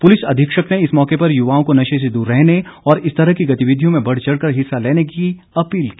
police अधीक्षक ने इस मौके पर युवाओं को नशे से दूर रहने और इस तरह की गतिविधियों में बढ़ चढ़ कर हिस्सा लेने की अपील की